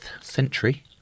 century